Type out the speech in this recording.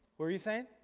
what are you saying?